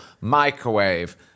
microwave